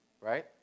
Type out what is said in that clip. right